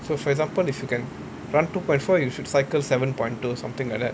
so for example if you can run two point four you should cycle seven point two or something like that